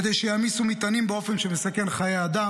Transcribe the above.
כדי שיעמיסו מטענים באופן שמסכן חיי אדם.